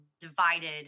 divided